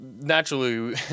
naturally